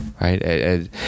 right